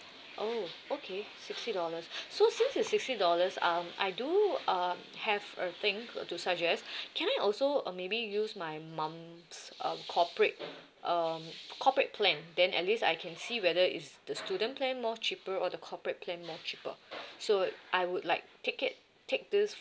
oh okay sixty dollars so since it's sixty dollars um I do uh have a thing to suggest can I also uh maybe use my mum's uh cooperate um corporate plan then at least I can see whether is the student plan more cheaper or the corporate plan more cheaper so I would like take it take this